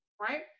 right